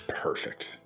perfect